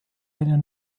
eine